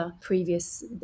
previous